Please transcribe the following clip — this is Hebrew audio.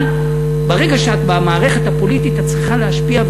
אבל ברגע שאת במערכת הפוליטית את צריכה להשפיע,